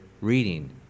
reading